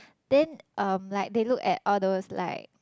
then um like they look at all those like